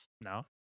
No